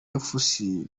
efuse